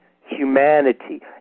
humanity